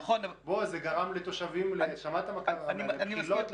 זה גרם לתושבים שמעת מה קרה לבחילות,